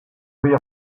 velen